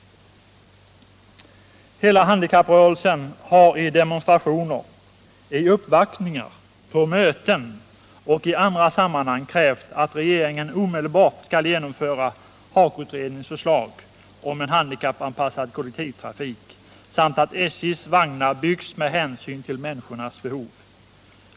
Hela handikapprörelsen har i demonstrationer, i uppvaktningar, på möten och i andra sammanhang krävt att regeringen omedelbart skall genomföra HAKO-utredningens förslag om en handikappanpassad kol lektivtrafik samt att SJ:s vagnar byggs med hänsyn till människornas behov.